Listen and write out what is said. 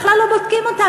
בכלל לא בודקים אותם.